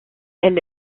elle